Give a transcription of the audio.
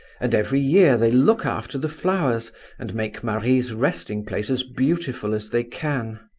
and every year they look after the flowers and make marie's resting-place as beautiful as they can.